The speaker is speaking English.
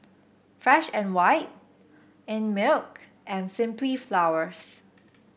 Fresh And White Einmilk and Simply Flowers